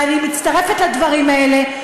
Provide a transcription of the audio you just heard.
ואני מצטרפת לדברים האלה.